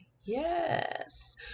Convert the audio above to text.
Yes